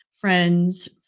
Friends